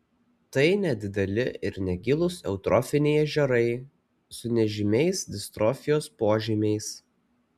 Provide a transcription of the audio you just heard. tai nedideli ir negilūs eutrofiniai ežerai su nežymiais distrofijos požymiais